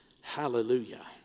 Hallelujah